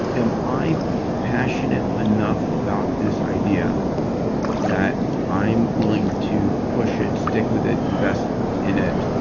am i passionate enough about this idea that i'm willing to push it, stick with it, invest in it,